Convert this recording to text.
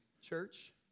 church